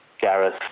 Gareth